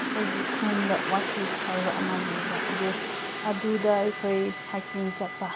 ꯑꯩꯈꯣꯏꯒꯤ ꯈꯨꯟꯗ ꯋꯥꯀꯤ ꯍꯥꯏꯕ ꯑꯃ ꯂꯩꯕ ꯑꯗꯨ ꯑꯗꯨꯗ ꯑꯩꯈꯣꯏ ꯍꯥꯏꯛꯀꯤꯡ ꯆꯠꯄ